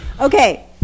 okay